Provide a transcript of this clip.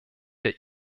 der